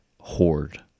hoard